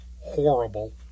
horrible